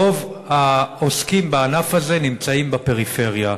רוב העוסקים בענף הזה נמצאים בפריפריה.